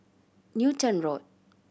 Newton Road